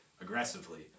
aggressively